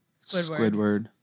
Squidward